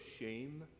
shame